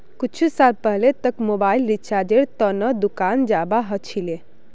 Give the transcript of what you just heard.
कुछु साल पहले तक मोबाइल रिचार्जेर त न दुकान जाबा ह छिले